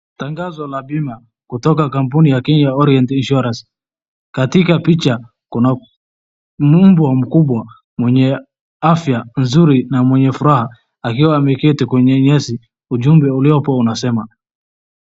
Tangazo la bima kutoka kwa kampuni ya Kenya Orient Insurance. Katika picha kuna mbwa mkubwa mwenye afya nzuri na mwenye furaha akiwa ameketi kwenye nyasi, ujumbe uliohapo unasema.